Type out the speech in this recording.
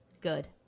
Good